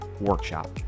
workshop